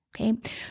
okay